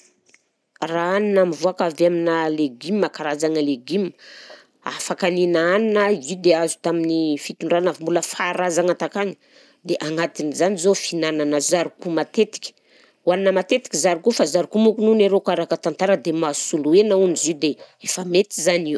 Raha hanina mivoaka avy amina legioma, karazagna legioma, afaka nihina hanina izy io dia azo tamin'ny fitondrana mbola faharazana takagny, dia agnatin'izany zao fihinanana zarko matetika, hohanina matetika zarko fa zarko manko hono arô karaha araka tantara dia mahasolo hena hono izy i dia efa mety izany io